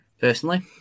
Personally